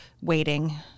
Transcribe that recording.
waiting